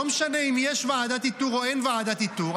לא משנה אם יש ועדת איתור או אין ועדת איתור,